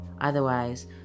Otherwise